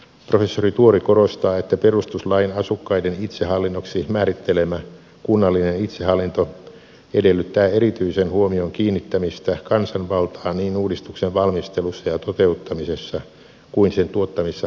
professori tuori korostaa että perustuslain asukkaiden itsehallinnoksi määrittelemä kunnallinen itsehallinto edellyttää erityisen huomion kiinnittämistä kansanvaltaan niin uudistuksen valmistelussa ja toteuttamisessa kuin sen tuottamissa hallintorakenteissakin